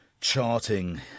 charting